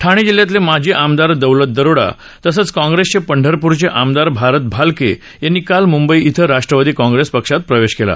ठाणे जिल्ह्यातले माजी मदार दौलत दरोडा तसंच काँग्रेसचे पंढरप्रचे मदार भारत भालके यांनी काल मुंबई इथं राष्ट्रवादी काँग्रेस पक्षात प्रवेश केला